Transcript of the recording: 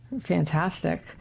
Fantastic